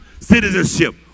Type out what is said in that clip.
citizenship